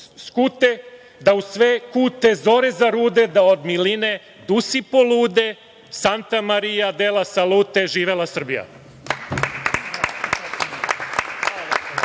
da u sve kute zore zarude, da od miline dusi polude, Santa Maria dela Salute". Živela Srbija. **Ivica